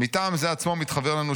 "מטעם זה עצמו מתחוור לנו,